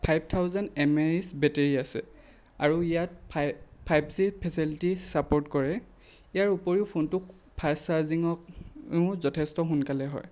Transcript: five thousand mAh battery আছে আৰু ইয়াত fi five G facility support কৰে ইয়াৰ উপৰিও ফোনটো ফাষ্ট চাৰ্জিঙো যথেষ্ট সোনকালে হয়